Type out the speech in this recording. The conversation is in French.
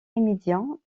immédiat